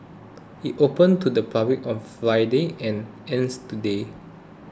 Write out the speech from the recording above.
it opened to the public on Friday and ends today